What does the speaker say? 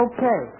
Okay